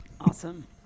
Awesome